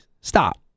Stop